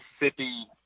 Mississippi